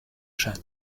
scheint